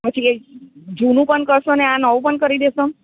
પછી એ જૂનું પણ કરશો ને આ નવું પણ કરી દેશો